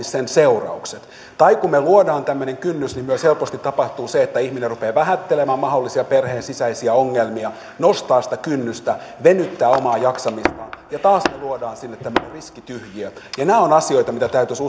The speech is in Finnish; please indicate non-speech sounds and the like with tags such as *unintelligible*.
*unintelligible* sen seuraukset tai kun me luomme tämmöisen kynnyksen niin myös helposti tapahtuu se että ihminen rupeaa vähättelemään mahdollisia perheen sisäisiä ongelmia nostaa sitä kynnystä venyttää omaa jaksamistaan ja taas me luomme sinne tämmöisen riskityhjiön nämä ovat asioita joita täytyisi *unintelligible*